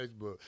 Facebook